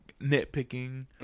nitpicking